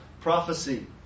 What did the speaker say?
prophecy